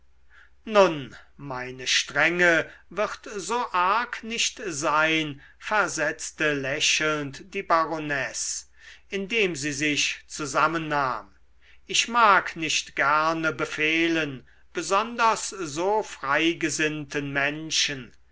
nun meine strenge wird so arg nicht sein versetzte lächelnd die baronesse indem sie sich zusammennahm ich mag nicht gerne befehlen besonders so freigesinnten menschen